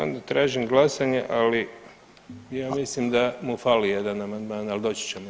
Onda tražim glasanje, ali ja mislim da mu fali jedan amandman, ali doći će do toga.